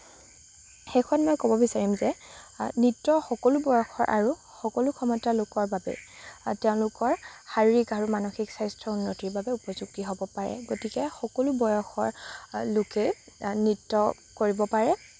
শেষত মই ক'ব বিচাৰিম যে নৃত্য সকলো বয়সৰ আৰু সকলো ক্ষমতাৰ লোকৰ বাবে তেওঁলোকৰ শাৰীৰিক আৰু মানসিক স্বাস্থ্য উন্নতিৰ বাবে উপযোগী হ'ব পাৰে গতিকে সকলো বয়সৰ লোকে নৃত্য কৰিব পাৰে